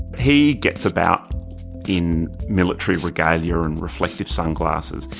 he gets about in military regalia and reflective sunglasses.